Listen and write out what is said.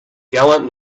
gallant